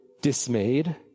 dismayed